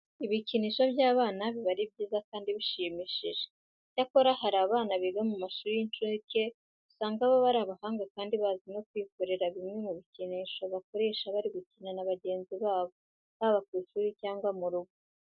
Ibikinisho by'abana biba ari byiza kandi bishimishije. Icyakora hari abana biga mu mashuri y'incuke usanga baba ari abahanga kandi bazi no kwikorera bimwe mu bikinisho bakoresha bari gukina na bagenzi babo haba ku ishuri cyangwa mu rugo.